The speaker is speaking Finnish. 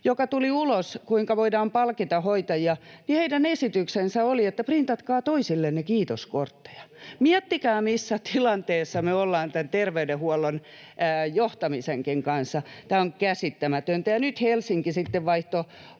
joka pohti, kuinka voidaan palkita hoitajia, ja kun se tuli ulos, niin heidän esityksensä oli, että printatkaa toisillenne kiitoskortteja. Miettikää, missä tilanteessa me ollaan tämän terveydenhuollon johtamisenkin kanssa. Tämä on käsittämätöntä, ja nyt Helsinki sitten vaihtoi